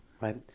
right